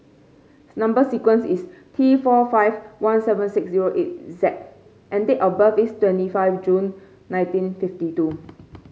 number sequence is T four five one seven six zero eight Z and date of birth is twenty five June nineteen fifty two